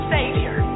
Savior